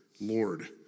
Lord